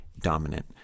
dominant